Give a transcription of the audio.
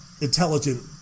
intelligent